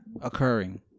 occurring